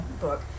book